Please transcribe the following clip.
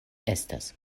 estas